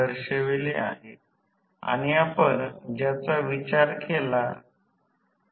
अशाप्रकारे माझा अर्थ असा आहे की हा भाग 1 आहे आणि हा भाग ज्याने आपण तेथे अभ्यास केला आहे अशा दोन वळण ट्रान्सफॉर्मर सारखे 1 वाइंडिंग आहे